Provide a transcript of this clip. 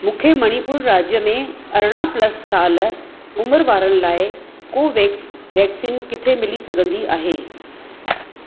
मूंखे मणिपुर राज्य में अरिॾहं प्लस साल उमिरि वारनि लाइ कोवैक्स वैक्सीन किथे मिली सघंदी आहे